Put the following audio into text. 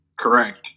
Correct